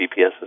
GPSs